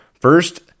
first